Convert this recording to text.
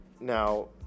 Now